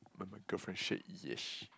but my girlfriend said yes